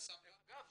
דרך אגב,